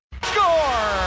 Score